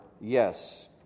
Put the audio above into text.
yes